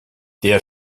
der